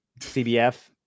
cbf